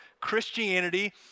Christianity